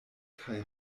kaj